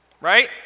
right